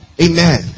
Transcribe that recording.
Amen